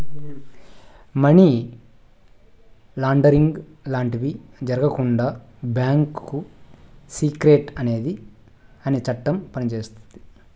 money laundering లాంటివి జరగకుండా bank secrecy అనే చట్టం పనిచేస్తాది